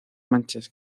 manchas